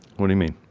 what do you mean?